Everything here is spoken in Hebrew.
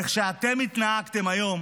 איך שאתם התנהגתם היום